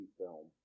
film